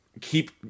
keep